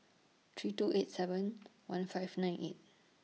three two eight seven one five nine eight